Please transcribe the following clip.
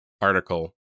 article